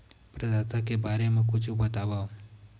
प्रदाता के बारे मा कुछु बतावव?